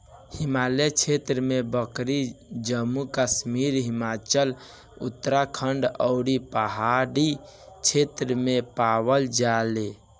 हिमालय क्षेत्र में बकरी जम्मू कश्मीर, हिमाचल, उत्तराखंड अउरी पहाड़ी क्षेत्र में पावल जाले